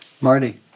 Marty